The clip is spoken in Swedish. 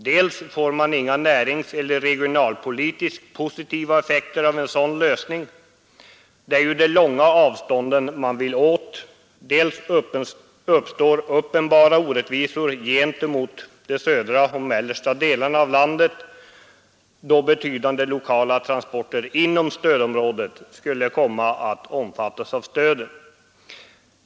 Dels får man inga näringseller regionalpolitiskt positiva effekter av en sådan lösning — det är ju de långa avstånden man vill åt —, dels uppstår uppenbara orättvisor gentemot de södra och mellersta delarna av landet, då betydande lokala transporter inom stödområdet skulle komma att omfattas av stödet.